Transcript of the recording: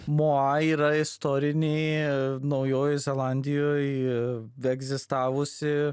moa yra istoriniai naujojoj zelandijoj egzistavusi